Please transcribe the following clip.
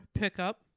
pickup